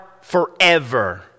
forever